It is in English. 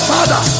Father